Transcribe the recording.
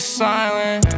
silent